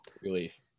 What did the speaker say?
Relief